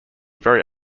very